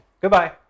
goodbye